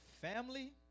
family